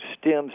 stems